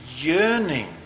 yearning